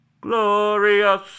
glorious